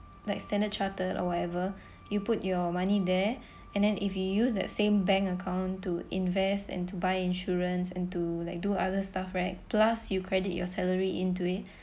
like standard chartered or whatever you put your money there and then if you use that same bank account to invest and to buy insurance and to like do other stuff right plus you credit your salary into it